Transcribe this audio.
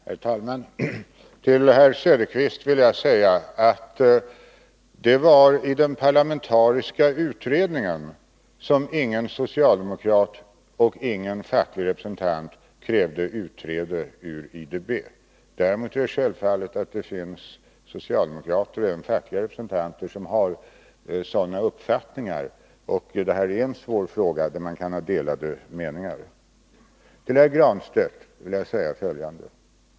Herr talman! Till herr Söderqvist vill jag säga att det var i den parlamentariska utredningen som ingen socialdemokrat och ingen facklig representant krävde utträde ur IDB. Däremot är det självklart att det finns andra socialdemokrater och fackliga representanter som har sådana uppfatt ningar. Och detta är en svår fråga, där man kan ha delade meningar. Nr 62 Till herr Granstedt vill jag säga följande.